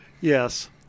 Yes